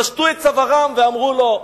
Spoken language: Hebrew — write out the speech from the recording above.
פשטו את צווארם ואמרו לו: